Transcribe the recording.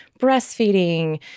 breastfeeding